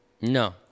No